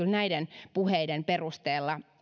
näiden puheiden perusteella